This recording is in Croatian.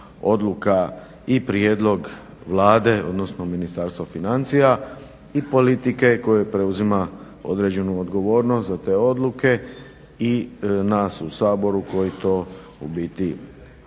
i prijedlog Vlade i Ministarstva financija i politike koje preuzima određenu odgovornost za te odluke i nas u Saboru koji to u biti mijenjamo